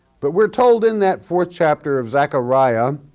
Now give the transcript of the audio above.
but we're told in that fourth chapter of zechariah,